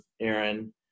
Aaron